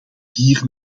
hier